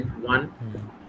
one